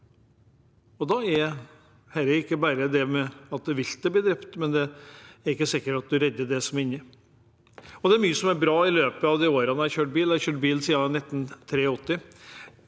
er det ikke bare at viltet blir drept – det er ikke sikkert at man redder dem som er inni. Det er mye som er blitt bra i løpet av de årene jeg har kjørt bil. Jeg har kjørt bil siden 1983.